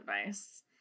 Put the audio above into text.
advice